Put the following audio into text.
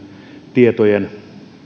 tietojen